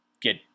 get